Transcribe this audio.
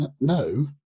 No